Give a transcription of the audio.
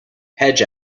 hedge